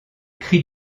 cris